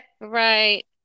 Right